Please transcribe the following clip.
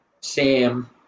Sam